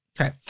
Okay